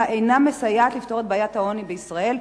אינה מסייעת לפתור את בעיית העוני בישראל,